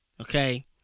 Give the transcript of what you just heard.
okay